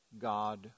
God